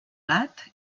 gat